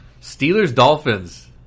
Steelers-Dolphins